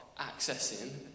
accessing